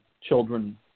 children